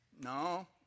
no